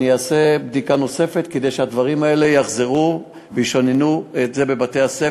אעשה בדיקה נוספת כדי שאת הדברים האלה יחזרו וישננו בבתי-הספר.